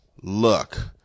look